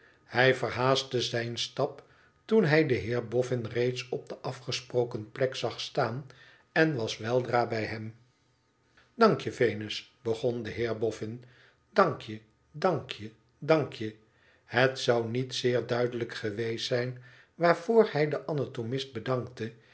hij verhaastte zijn stap toen hij den heer boffin reeds op de afgesproken plek zag staan en was weldra bij hem dankje venus begon de heer boffin idankje dankje dankjel het zou niet zeer duidelijk geweest zijn waarvoor hij den anatomist bedankte